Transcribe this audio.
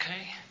okay